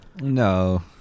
No